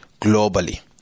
globally